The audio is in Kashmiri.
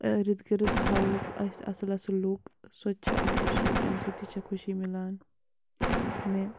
یا اِرد گرد تھاووکھ أسۍ اَصٕل اَصٕل لُکھ سۄ تہِ چھِ اَکھ خوشی تَمہِ سۭتۍ تہِ چھےٚ خوشی مِلان مےٚ